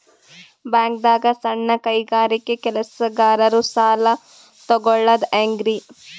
ಬ್ಯಾಂಕ್ದಾಗ ಸಣ್ಣ ಕೈಗಾರಿಕಾ ಕೆಲಸಗಾರರು ಸಾಲ ತಗೊಳದ್ ಹೇಂಗ್ರಿ?